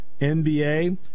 NBA